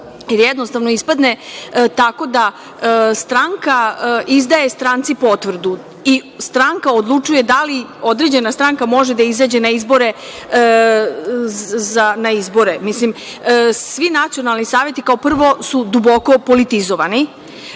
jer ispada tako da stranka izdaje stranci potvrdu i stranka odlučuje da li može određena stranka da izađe na izbore. Svi nacionalne saveti, kao prvo su duboko politizovani. Drugo,